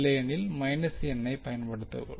இல்லையெனில் n ஐப் பயன்படுத்தவும்